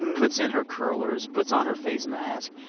puts in her curlers, puts on her face mask,